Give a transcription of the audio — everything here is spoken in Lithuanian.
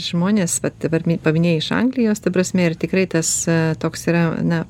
žmonės vat dabar pa paminėjai iš anglijos ta prasme ir tikrai tas toks yra na